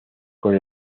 con